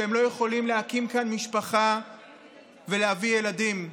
שהם לא יכולים להקים כאן משפחה ולהביא ילדים.